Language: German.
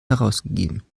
herausgegeben